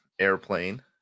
airplane